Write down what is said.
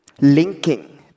linking